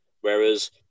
Whereas